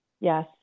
Yes